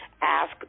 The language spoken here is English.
ask